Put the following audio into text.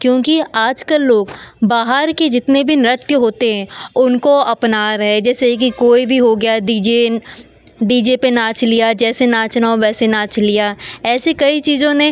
क्योंकि आजकल लोग बाहर के जितने भी नृत्य होते हैं उनको अपना रहे जैसे कि कोई भी हो गया डी जे डी जे पर नाच लिया जैसे नाचना हो वैसे नाच लिया ऐसे कई चीज़ों ने